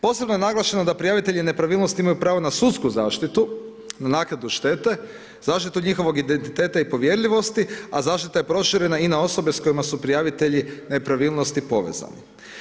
Posebno je naglašeni da prijavitelji nepravilnosti imaju pravo na sudsku zaštitu na naknadu štete, zaštitu njihovog identiteta i povjerljivosti, a zaštita je proširena i na osobe s kojima su prijavitelji nepravilnosti povezani.